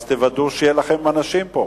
אז תוודאו שיהיו לכם אנשים פה.